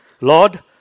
Lord